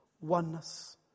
oneness